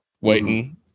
waiting